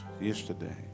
yesterday